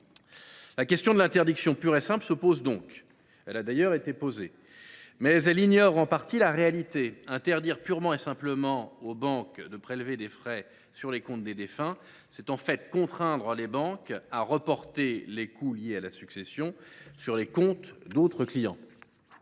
La question de l’interdiction pure et simple de ces frais se pose donc. Elle a d’ailleurs été posée ! Mais c’est ignorer en partie la réalité : interdire purement et simplement aux banques de prélever des frais sur les comptes des défunts revient en fait à contraindre les banques à reporter les coûts liés à la succession sur les comptes d’autres clients.